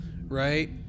Right